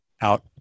out